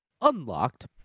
Unlocked